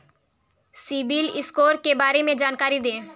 CIBIL score के बारे में जानकारी दें?